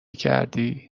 کردی